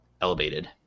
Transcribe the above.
elevated